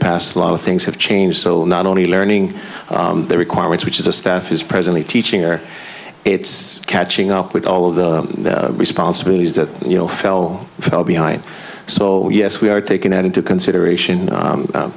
past a lot of things have changed so not only learning the requirements which is a staff is presently teaching her it's catching up with all of the responsibilities that you know fell behind so yes we are taking that into consideration